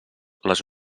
les